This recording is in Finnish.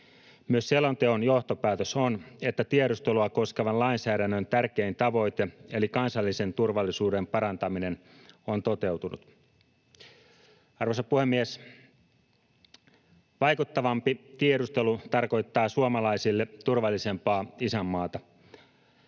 Myös selonteon johtopäätös on, että tiedustelua koskevan lainsäädännön tärkein tavoite, eli kansallisen turvallisuuden parantaminen, on toteutunut. Arvoisa puhemies! Vaikuttavampi tiedustelu tarkoittaa suomalaisille turvallisempaa isänmaata.